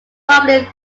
bumbling